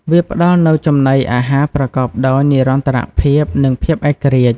វាផ្តល់នូវចំណីអាហារប្រកបដោយនិរន្តរភាព និងភាពឯករាជ្យ។